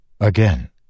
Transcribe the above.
again